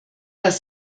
dass